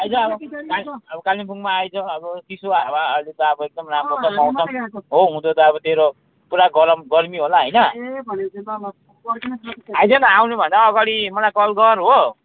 आइज अब काल् अब कालिम्पोङमा आइज अब चिसो हावा अहिले त अब एकदमै राम्रो छ मौसम हो उँधो त अब तेरो पुरा गरम गर्मी होला होइन आइज न आउनु भन्दा अगाडि मलाई कल गर हो